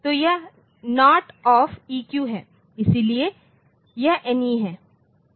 तो यह not of EQ है इसलिए यह NE है